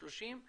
30,